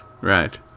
right